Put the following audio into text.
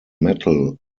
metal